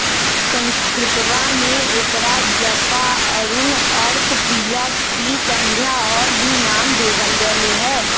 संस्कृतवा में एकरा जपा, अरुण, अर्कप्रिया, त्रिसंध्या और भी नाम देवल गैले है